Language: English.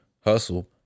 hustle